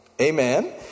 Amen